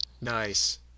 Nice